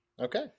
Okay